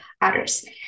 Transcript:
others